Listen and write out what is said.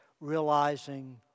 realizing